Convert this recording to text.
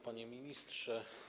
Panie Ministrze!